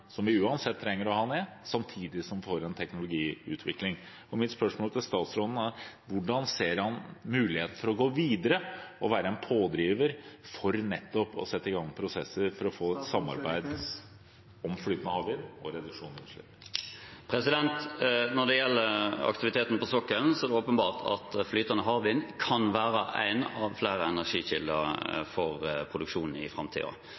som vi uansett trenger å ha ned – og samtidig få en teknologiutvikling. Mitt spørsmål til statsråden er: Hvordan ser han på muligheten til å gå videre og være en pådriver for nettopp å sette i gang prosesser for å få et samarbeid om flytende havvind og reduksjon av utslipp? Når det gjelder aktiviteten på sokkelen, er det åpenbart at flytende havvind kan være én av flere energikilder for produksjon i